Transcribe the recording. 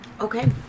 Okay